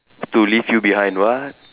to leave you behind what